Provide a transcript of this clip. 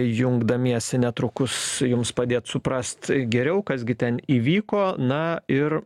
jungdamiesi netrukus jums padėt suprast geriau kas gi ten įvyko na ir